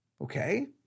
okay